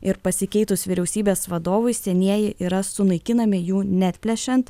ir pasikeitus vyriausybės vadovui senieji yra sunaikinami jų neatplėšiant